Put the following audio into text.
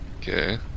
Okay